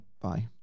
bye